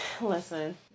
listen